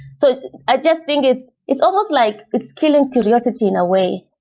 so i just think it's it's almost like it's killing curiosity in a way.